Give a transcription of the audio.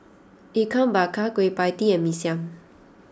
Ikan Bakar Kueh Pie Tee and Mee Siam